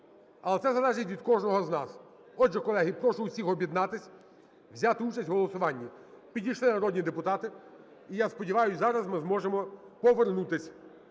Але це залежить від кожного з нас. Отже, колеги, прошу всіх об'єднатися, взяти участь у голосуванні. Підійшли народні депутати, і я сподіваюсь, зараз ми зможемо повернутися.